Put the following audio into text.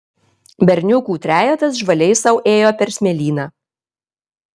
berniukų trejetas žvaliai sau ėjo per smėlyną